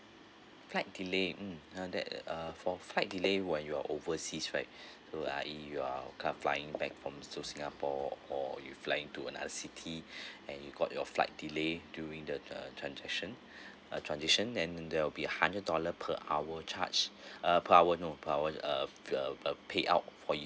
flight delay mm uh that uh for flight delay when you're overseas right so uh if you are of corse flying back from to singapore or you're flying to another city and you got your flight delay during the uh transaction ah transition then there will be a hundred dollar per hour charge uh per hour no per hour uh uh uh payout for